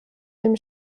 dem